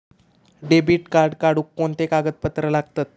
Debit card काढुक कोणते कागदपत्र लागतत?